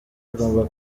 agomba